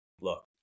look